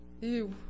ew